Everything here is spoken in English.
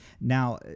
now